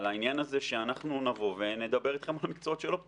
על העניין הזה שאנחנו נדבר איתכם על המקצועות שלא פתוחים.